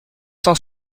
cent